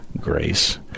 grace